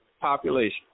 population